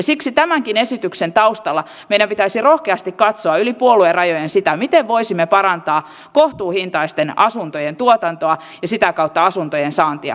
siksi tämänkin esityksen taustalla meidän pitäisi rohkeasti katsoa yli puoluerajojen sitä miten voisimme parantaa kohtuuhintaisten asuntojen tuotantoa ja sitä kautta asuntojen saantia täällä pääkaupunkiseudulla